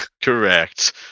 Correct